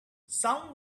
some